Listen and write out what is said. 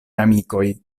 amikoj